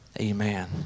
Amen